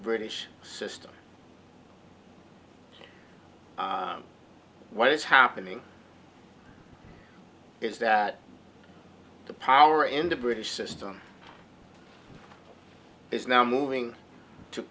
british system what is happening is that the power in the british system is now moving to